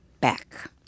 back